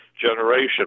generation